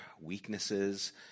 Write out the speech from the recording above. weaknesses